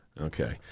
Okay